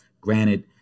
Granted